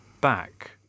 back